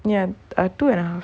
ya that two ஏனா:yaenaa